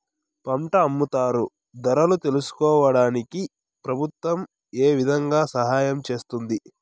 పంట అమ్ముతారు ధరలు తెలుసుకోవడానికి ప్రభుత్వం ఏ విధంగా సహాయం చేస్తుంది?